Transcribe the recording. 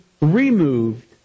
removed